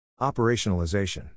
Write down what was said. Operationalization